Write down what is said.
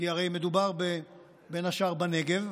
כי הרי מדובר בין השאר בנגב,